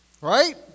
Right